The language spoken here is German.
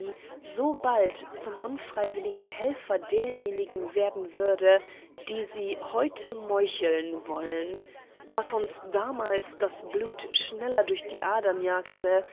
so bald zum unfreiwilligen helfer derjenigen werden würde die sie heute meucheln wollen was uns damals das blut schneller durch die adern jagte